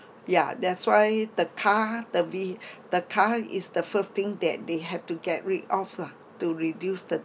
ya that's why the car the ve~ the car is the first thing that they have to get rid of lah to reduce the